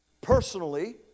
Personally